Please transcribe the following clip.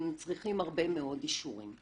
צריכים הרבה מאוד אישורים.